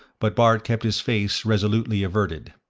but bart kept his face resolutely averted.